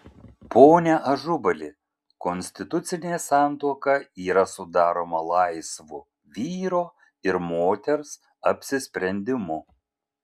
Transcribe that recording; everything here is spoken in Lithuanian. pone ažubali konstitucinė santuoka yra sudaroma laisvu vyro ir moters apsisprendimu